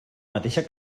mateixa